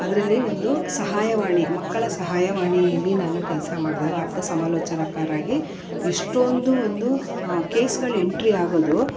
ಅದರಲ್ಲಿ ಒಂದು ಸಹಾಯವಾಣಿ ಮಕ್ಕಳ ಸಹಾಯವಾಣಿಯಲ್ಲಿ ನಾನು ಕೆಲಸ ಮಾಡಿದಾಗ ಆಪ್ತ ಸಮಾಲೋಚಕರಾಗಿ ಎಷ್ಟೊಂದು ಒಂದು ಕೇಸ್ಗಳು ಎಂಟ್ರಿ ಆಗೋದು